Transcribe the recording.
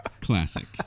classic